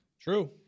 True